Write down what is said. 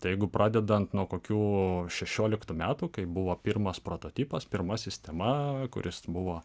tai jeigu pradedant nuo kokių šešioliktų metų kai buvo pirmas prototipas pirma sistema kuris buvo